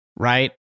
Right